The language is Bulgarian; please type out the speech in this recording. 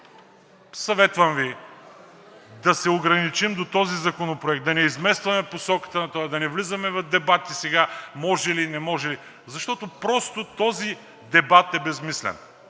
Съветвам Ви да се ограничим до този законопроект, да не изместваме посоката, да не влизаме в дебати сега – може ли, не може ли, защото просто този дебат е безсмислен.